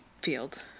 field